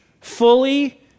fully